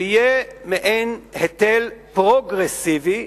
שיהיה מעין היטל פרוגרסיבי,